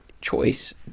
choice